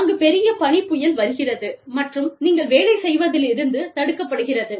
அங்கு பெரிய பனிப்புயல் வருகிறது மற்றும் நீங்கள் வேலை செய்வதிலிருந்து தடுக்கப்படுகிறது